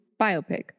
biopic